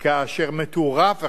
כאשר מטורף אחד,